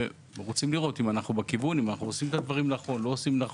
אם אנחנו עושים את הדברים בצורה נכונה או לא וכולי.